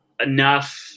enough